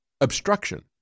obstruction